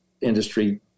industry